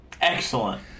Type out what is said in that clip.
excellent